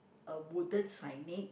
a wooden signage